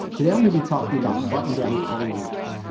today, i'm going to be talking about button-down collar rules.